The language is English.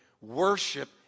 worship